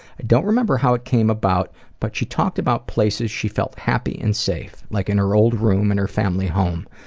i don't remember how it came about but she talked about places she felt happy and safe, like in her old room in her family home.